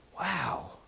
Wow